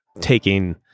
taking